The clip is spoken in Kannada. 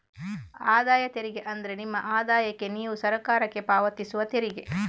ಆದಾಯ ತೆರಿಗೆ ಅಂದ್ರೆ ನಿಮ್ಮ ಆದಾಯಕ್ಕೆ ನೀವು ಸರಕಾರಕ್ಕೆ ಪಾವತಿಸುವ ತೆರಿಗೆ